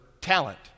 talent